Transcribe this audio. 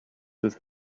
with